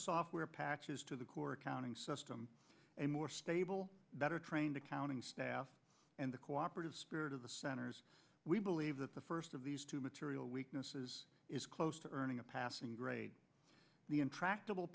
software patches to the core accounting system a more stable better trained accounting staff and the cooperative spirit of the center's we believe that the first of these two material weaknesses is close to earning a passing grade the intractable